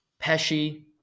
Pesci